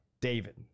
David